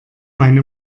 meine